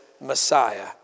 Messiah